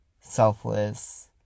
selfless